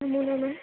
नमो नमः